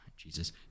Jesus